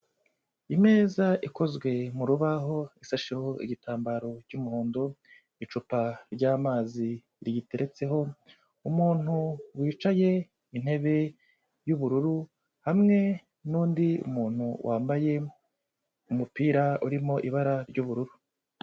Imeza ikozwe mu rubaho, isasheho igitambaro cy'umuhondo, icupa ry'amazi riyiteretseho, umuntu wicaye, intebe y'ubururu, hamwe n'undi muntu wambaye umupira, urimo ibara ry'ubururu.